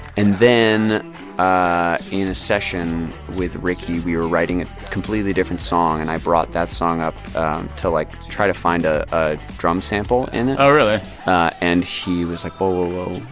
and then ah in a session with ricky, we were writing a completely different song, and i brought that song up to, like, try to find ah a drum sample in it oh, really and he was like, whoa,